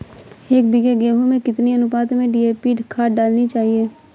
एक बीघे गेहूँ में कितनी अनुपात में डी.ए.पी खाद डालनी चाहिए?